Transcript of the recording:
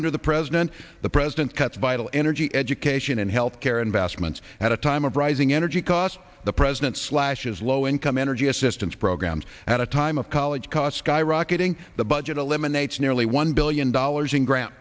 under the president the president cut vital energy education and health care investments at a time of rising energy costs the president slashes low income energy assistance programs at a time of college costs guy rocketing the budget eliminates nearly one billion dollars in gr